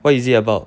what is it about